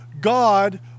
God